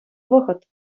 вӑхӑт